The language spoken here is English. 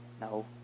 No